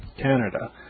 Canada